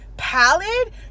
Pallid